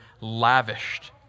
lavished